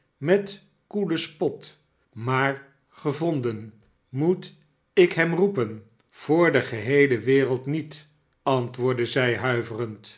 met koelen spot a maar gevonden moet ik hem roepen voor de geheele wereld niet antwoordde zij huiverend